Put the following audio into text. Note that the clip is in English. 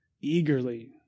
eagerly